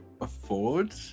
afford